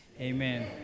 Amen